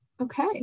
okay